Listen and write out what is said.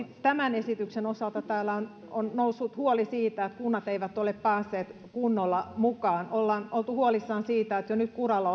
tämän esityksen osalta täällä on on noussut huoli siitä että kunnat eivät ole päässeet kunnolla mukaan ollaan oltu huolissaan siitä että kun kuntatalous on jo nyt kuralla